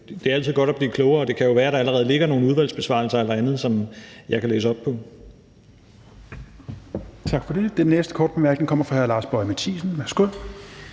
det er altid godt at blive klogere, og det kan jo være, der allerede ligger nogle svar på udvalgsspørgsmål eller andet, som jeg kan læse op på.